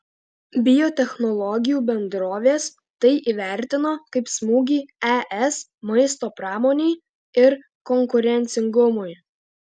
biotechnologijų bendrovės tai įvertino kaip smūgį es maisto pramonei ir konkurencingumui